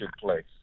place